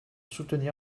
soutenir